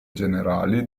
generali